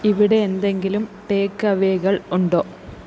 ഇവിടെ എന്തെങ്കിലും ടേക്ക്അവേകൾ ഉണ്ടോ